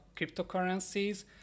cryptocurrencies